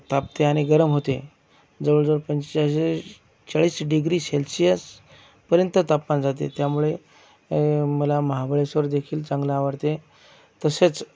तापते आणि गरम होते जवळजवळ पंचेचाजिस चाळीस डिग्री सेल्शिअस पर्यंत तापमान जाते त्यामुळे मला महाबळेश्वर देखील चांगलं आवडते तसेच